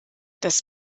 das